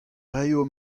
raio